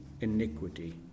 iniquity